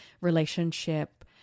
relationship